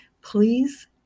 Please